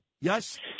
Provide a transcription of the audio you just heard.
Yes